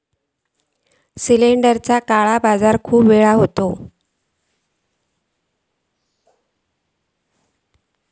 सिलेंडरचो काळो बाजार खूप वेळा होता